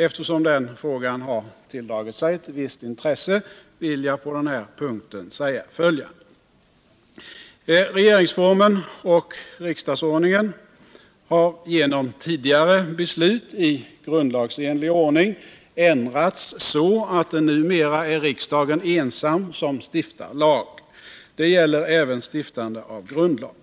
Eftersom den frågan har tilldragit sig visst intresse, vill jag på denna punkt säga följande: Regeringsformen och riksdagsordningen har genom tidigare beslut i grundlagsenlig ordning ändrats så, att det numera är riksdagen ensam som stiftar lag. Det gäller även stiftande av grundlag.